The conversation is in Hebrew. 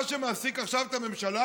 מה שמעסיק עכשיו את הממשלה